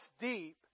deep